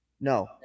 No